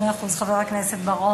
מאה אחוז, חבר הכנסת בר-און.